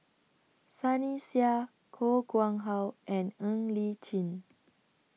Sunny Sia Koh Nguang How and Ng Li Chin